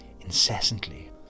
incessantly